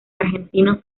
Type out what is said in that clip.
argentino